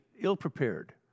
ill-prepared